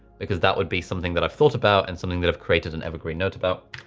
because that would be something that i've thought about and something that i've created an evergreen note about.